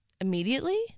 immediately